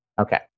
Okay